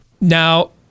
Now